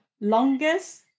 longest